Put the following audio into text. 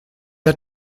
hat